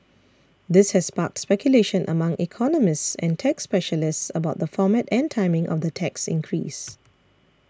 this has sparked speculation among economists and tax specialists about the format and timing of the tax increase